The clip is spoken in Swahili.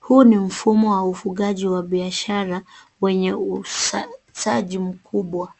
Huu ni mfumo wa ufugaji wa biashara wenye usaji mkubwa.